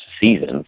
seasons